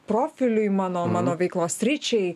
profiliui mano mano veiklos sričiai